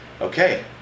okay